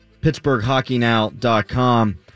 PittsburghHockeyNow.com